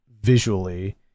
visually